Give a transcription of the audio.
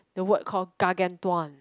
the word called gargantuan